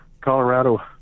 Colorado